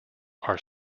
are